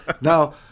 Now